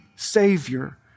Savior